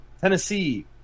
Tennessee